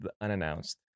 unannounced